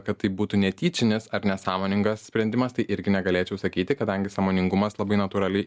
kad tai būtų netyčinis ar nesąmoningas sprendimas tai irgi negalėčiau sakyti kadangi sąmoningumas labai natūraliai